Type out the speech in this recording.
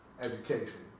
education